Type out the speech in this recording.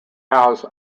house